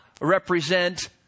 represent